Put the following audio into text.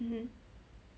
mmhmm